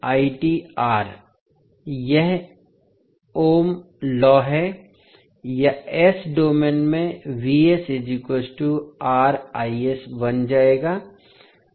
तो वह ओम लॉ है या s डोमेन में बन जाएगा